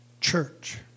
Church